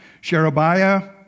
Sherebiah